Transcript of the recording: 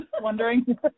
Wondering